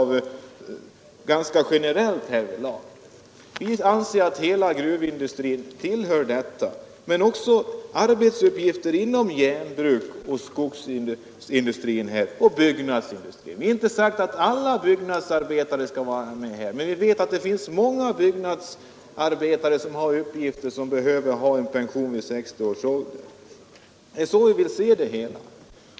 Vi anser att alla som arbetar inom gruvindustrin utgör en sådan grupp, men också de som arbetar vid järnbruk, i skogsindustrin och inom byggnadsindustrin hör dit. Vi har därmed inte sagt att alla byggnadsarbetare skall vara med, men många byggnadsarbetare har sådana uppgifter att de behöver pension vid 60 års ålder, och det är så vi vill se det hela.